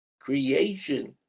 creation